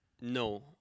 No